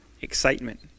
excitement